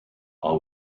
are